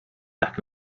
lack